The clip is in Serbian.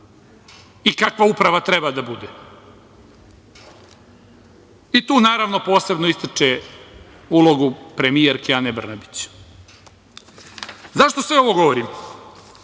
i kakva uprava treba da bude. Tu naravno posebno ističe ulogu premijerke Ane Brnabić.Zašto sve ovo govorim?